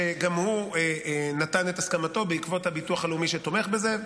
שגם הוא נתן את הסכמתו בעקבות הביטוח הלאומי שתומך בזה.